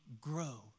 grow